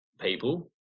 people